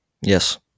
Yes